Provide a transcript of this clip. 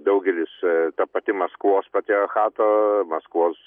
daugelis ta pati maskvos patriarchato maskvos